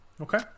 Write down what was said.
Okay